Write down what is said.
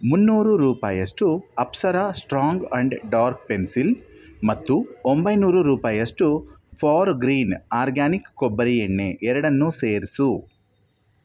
ಮುನ್ನೂರು ರೂಪಾಯಿಯಷ್ಟು Apsara strong and dark pencil ಮತ್ತು ಒಂಬೈನೂರು ರೂಪಾಯಿಯಷ್ಟು ಫಾರ್ಗ್ರೀನ್ ಆರ್ಗ್ಯಾನಿಕ್ ಕೊಬ್ಬರಿ ಎಣ್ಣೆ ಎರಡನ್ನೂ ಸೇರಿಸು